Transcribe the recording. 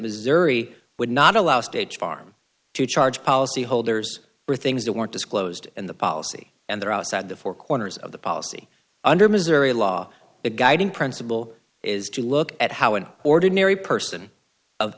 missouri would not allow state farm to charge policyholders for things that weren't disclosed in the policy and they're outside the four corners of the policy under missouri law the guiding principle is to look at how an ordinary person of